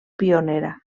pionera